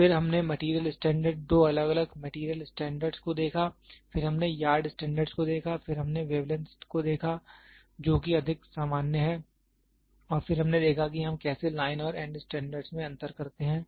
फिर हमने material standard दो अलग अलग मैटेरियल स्टैंडर्ड को देखा फिर हमने यार्ड स्टैंडर्ड को देखा फिर हमने वेवलेंथ को देखा जो कि अधिक सामान्य है और फिर हमने देखा कि हम कैसे लाइन और एंड स्टैंडर्ड में अंतर करते हैं